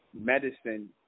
medicine